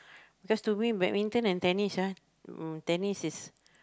because to me badminton and tennis ah uh tennis is